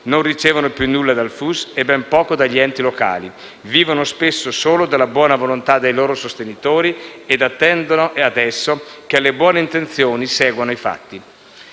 Non ricevono più nulla dal FUS e ben poco dagli enti locali; vivono spesso solo della buona volontà dei loro sostenitori e adesso attendono che alle buone intenzioni seguano i fatti.